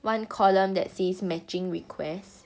one column that says matching requests